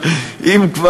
עם כל